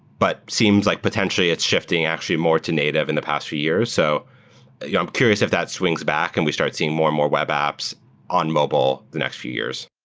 but seems like potentially it's shifting actually more to native in the past few years. so yeah i'm curious if that swings back and we start seeing more and more web apps on mobile the next few years.